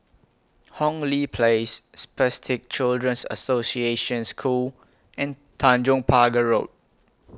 Hong Lee Place Spastic Children's Association School and Tanjong Pagar Road